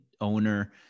owner-